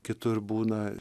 kitur būna